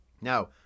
Now